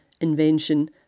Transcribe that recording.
invention